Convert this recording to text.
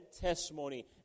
testimony